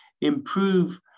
improve